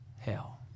hell